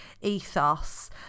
ethos